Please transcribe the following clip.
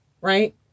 right